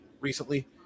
recently